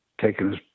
taking